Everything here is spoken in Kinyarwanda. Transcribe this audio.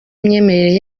imyemerere